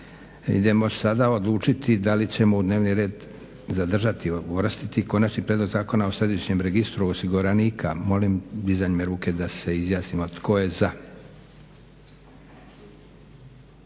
Idemo sada odlučiti da li ćemo u dnevni red zadržati, uvrstiti i Konačni prijedlog zakona o središnjem registru osiguranika. Molim dizanjem ruke da se izjasnimo tko je za?